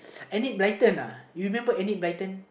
Enid-Blytonuhyou remember Enid-Blyton